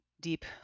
deep